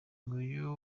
nguyu